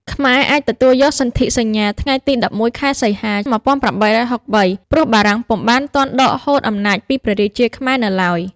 ខ្មែរអាចទទួលយកសន្ធិសញ្ញាថ្ងៃទី ១១ ខែ សីហា ១៨៦៣ ព្រោះបារាំងពុំបានទាន់ដកហូតអំណាចពីព្រះរាជាខ្មែរនៅឡើយ។